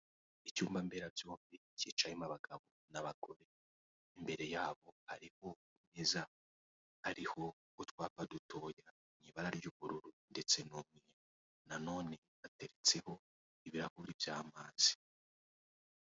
Icyumba mberabyombi cyicayemo abagabo n'abagore imbere yabo hariho Ameza, ariho utwaba dutoya turi mu ibara ry'ubururu ndetse nanone bateretseho ibirahure by'amazi.